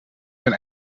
zijn